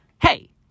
Hey